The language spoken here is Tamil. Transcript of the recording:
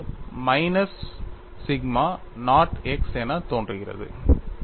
இது மைனஸ் சிக்மா நாட் x என தோன்றுகிறது சரி